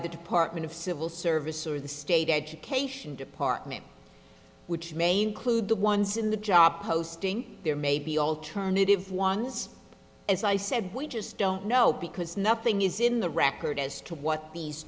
the department of civil service or the state education department which main clued the ones in the job posting there may be alternative ones as i said we just don't know because nothing is in the record as to what these